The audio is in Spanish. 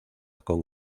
con